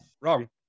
Wrong